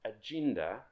agenda